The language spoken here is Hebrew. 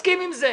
אני מסכים עם זה,